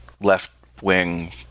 left-wing